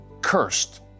cursed